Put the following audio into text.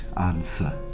answer